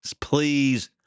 Please